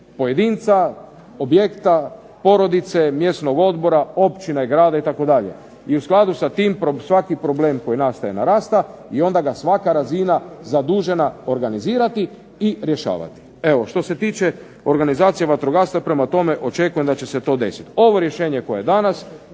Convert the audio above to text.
pojedinca, objekta, porodice, mjesnog odbora, općine i grada itd. I u skladu sa tim svaki problem koji nastaje narasta i onda ga svaka razina zadužena organizirati i rješavati. Evo što se tiče organizacije vatrogastva prema tome očekujem da će se to desiti. Ovo rješenje koje je danas